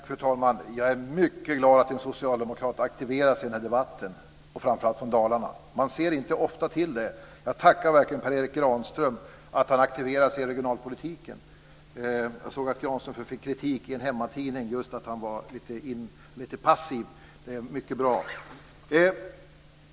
Fru talman! Jag är mycket glad att en socialdemokrat, och framför allt från Dalarna, aktiverar sig i debatten. Man ser inte ofta till er. Jag tackar verkligen Per Erik Granström för att han aktiverar sig i regionalpolitiken. Jag såg att Granström fick kritik i en hemmatidning just för att vara lite passiv. Men det här är mycket bra.